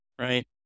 right